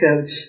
coach